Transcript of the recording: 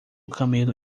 camelo